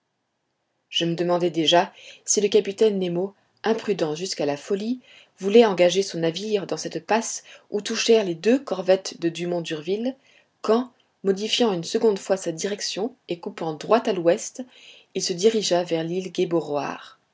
je me demandais déjà si le capitaine nemo imprudent jusqu'à la folie voulait engager son navire dans cette passe où touchèrent les deux corvettes de dumont d'urville quand modifiant une seconde fois sa direction et coupant droit à l'ouest il se dirigea vers l'île